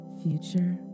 future